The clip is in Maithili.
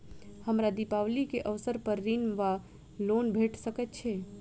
हमरा दिपावली केँ अवसर पर ऋण वा लोन भेट सकैत अछि?